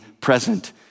present